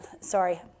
sorry